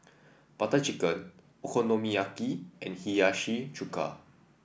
Butter Chicken Okonomiyaki and Hiyashi Chuka